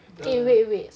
eh wait wait wait